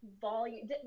volume